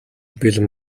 бэлэн